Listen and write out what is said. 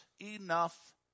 enough